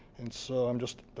and so i'm just